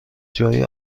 جان